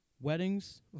weddings